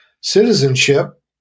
citizenship